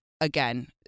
again